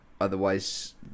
otherwise